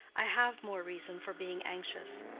i have more reason for being anxious.